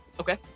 Okay